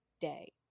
day